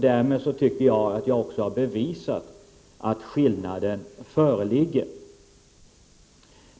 Därmed tycker jag att jag också har bevisat att skillnaden föreligger.